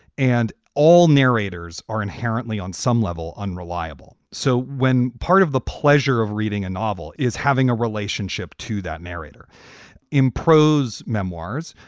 and all narrators are inherently, on some level, unreliable. so when part of the pleasure of reading a novel is having a relationship to that narrator in prose memoirs,